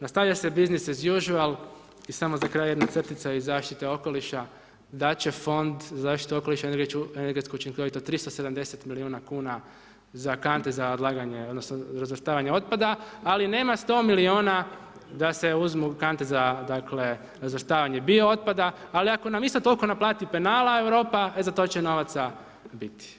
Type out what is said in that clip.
Nastavlja se biznis as usuall, i samo za kraj jedna crtica iz zaštite okoliša, da će Fond zaštite okoliša i energetsku učinkovitost 370 milijuna kuna za kante za odlaganje, odnosno razvrstavanje otpada, ali nema sto milijuna da se uzmu kante za dakle, razvrstavanje bio otpada, ali ako nam isto toliko naplati penala Europa, e za to će novaca biti.